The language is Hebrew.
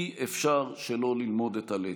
אי-אפשר שלא ללמוד את הלקח.